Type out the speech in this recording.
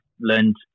learned